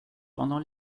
pendant